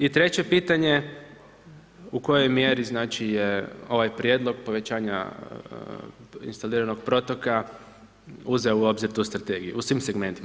I treće pitanje, u kojoj mjeri znači je ovaj prijedlog povećanja instaliranog protoka, uzeo u obzir tu strategiju, u svim segmentima.